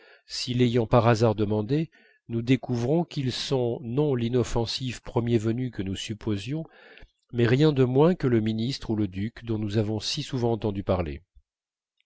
si l'ayant par hasard demandé nous découvrons qu'ils sont non l'inoffensif premier venu que nous supposions mais rien de moins que le ministre ou le duc dont nous avons si souvent entendu parler